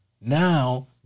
Now